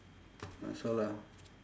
that's all ah